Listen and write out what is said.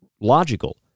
logical